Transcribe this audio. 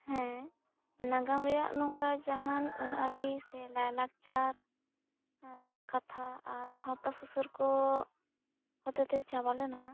ᱦᱮᱸ ᱱᱟᱜᱟᱢ ᱨᱮᱭᱟᱜ ᱱᱚᱝᱠᱟ ᱡᱟᱦᱟᱱ ᱟᱹᱱᱼᱟᱹᱨᱤ ᱥᱮ ᱞᱟᱭᱼᱞᱟᱠᱪᱟᱨ ᱨᱮᱭᱟᱜ ᱠᱟᱛᱷᱟ ᱟᱨ ᱥᱟᱶᱛᱟ ᱥᱩᱥᱟᱹᱨ ᱠᱚ ᱦᱚᱛᱮ ᱛᱮ ᱪᱟᱵᱟ ᱞᱮᱱᱟ